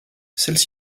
celles